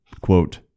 quote